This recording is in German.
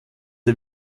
der